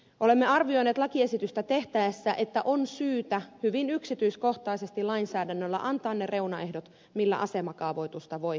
olemme arvioineet lakiesitystä tehtäessä että on syytä hyvin yksityiskohtaisesti lainsäädännöllä antaa ne reunaehdot millä asemakaavoitusta voi sinne tehdä